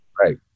right